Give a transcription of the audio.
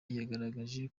yagaragaje